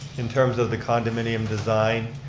in terms of the condominium design,